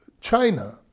China